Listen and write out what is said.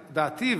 דעתי,